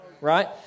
right